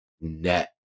net